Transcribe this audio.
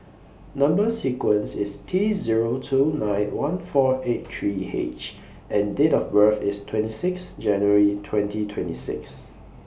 Number sequence IS T Zero two nine one four eight three H and Date of birth IS twenty six January twenty twenty six